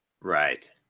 Right